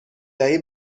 دهی